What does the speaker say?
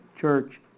church